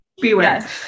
Beware